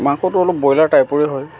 মাংসটো অলপ ব্ৰইলাৰ টাইপৰেই হয়